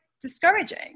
discouraging